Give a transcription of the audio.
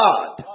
God